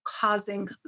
causing